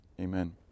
amen